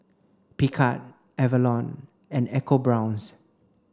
Picard Avalon and ecoBrown's